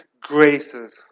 graces